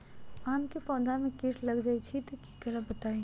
आम क पौधा म कीट लग जई त की करब बताई?